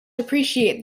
appreciate